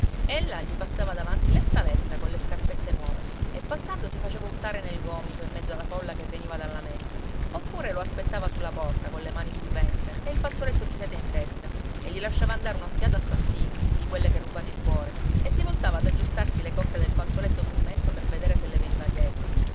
sacristia ella gli passava davanti lesta lesta colle scarpette nuove e passando si faceva urtare nel gomito in mezzo alla folla che veniva dalla messa oppure lo aspettava sulla porta colle mani sul ventre e il fazzoletto di seta in testa e gli lasciava andare un'occhiata assassina di quelle che rubano il cuore e si voltava ad aggiustarsi le cocche del fazzoletto sul mento per vedere se le veniva dietro